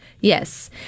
yes